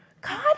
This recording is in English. God